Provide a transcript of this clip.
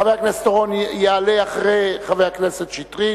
חבר הכנסת אורון יעלה אחרי חבר הכנסת שטרית.